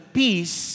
peace